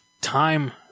time